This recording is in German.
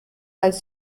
als